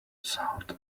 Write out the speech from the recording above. sound